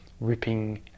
ripping